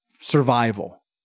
Survival